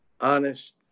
honest